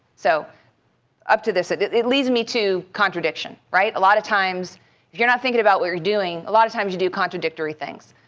so up to this, it it leads me to contradiction, right? a lot of times you're not thinking about what you're doing, a lot of times you do contradictory things.